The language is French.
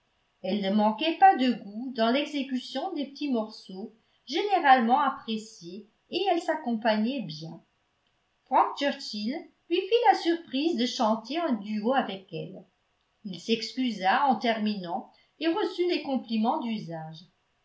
elle ne manquait pas de goût dans l'exécution des petits morceaux généralement appréciés et elle s'accompagnait bien frank churchill lui fit la surprise de chanter un duo avec elle il s'excusa en terminant et reçut les compliments d'usage